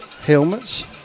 helmets